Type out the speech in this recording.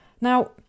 Now